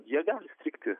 jie gali strigti